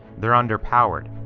they're under powered.